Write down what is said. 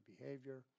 behavior